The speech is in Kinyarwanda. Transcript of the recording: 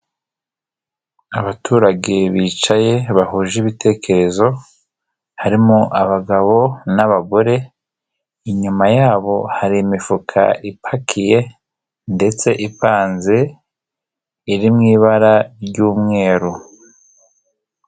Abaturage bicaye bahuje ibitekerezo harimo abagabo n'abagore, inyuma yabo hari imifuka ipakiye ndetse ipanze iri mu ibara ry'umweru.